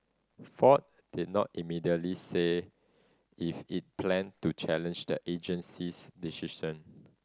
Ford did not immediately say if it planned to challenge the agency's decision